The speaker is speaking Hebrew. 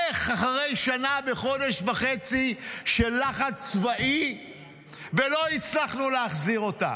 איך אחרי שנה וחודש וחצי של לחץ צבאי לא הצלחנו להחזיר אותם?